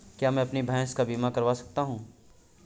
क्या मैं अपनी भैंस का बीमा करवा सकता हूँ?